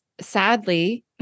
sadly